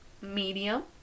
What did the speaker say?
medium